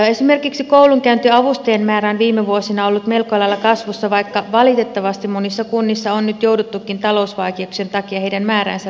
esimerkiksi koulunkäyntiavustajien määrä on viime vuosina ollut melko lailla kasvussa vaikka valitettavasti monissa kunnissa on nyt jouduttukin talousvaikeuksien takia heidän määräänsä vähentämään